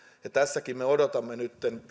tässäkin me odotamme nyt